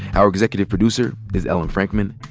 our executive producer is ellen frankman.